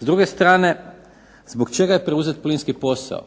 S druge strane, zbog čega je preuzet plinski posao,